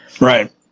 Right